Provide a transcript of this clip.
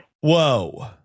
Whoa